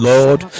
Lord